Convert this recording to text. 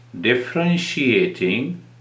differentiating